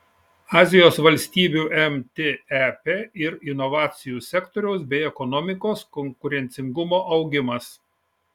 azijos valstybių mtep ir inovacijų sektoriaus bei ekonomikos konkurencingumo augimas